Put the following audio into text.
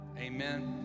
Amen